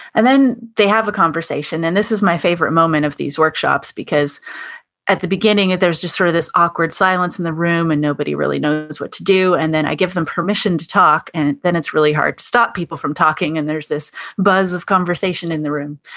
and then they have a conversation, and this is my favorite moment of these workshops because at the beginning there's just sort of this awkward silence in the room and nobody really knows what to do and then i give them permission to talk and then it's really hard to stop people from talking and there's this buzz of conversation in the room.